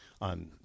on –